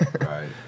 Right